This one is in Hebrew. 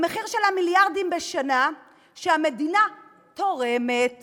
במחיר של המיליארדים בשנה שהמדינה תורמת